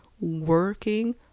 working